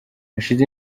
hashize